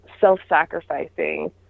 self-sacrificing